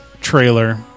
trailer